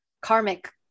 karmic